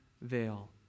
veil